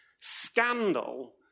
scandal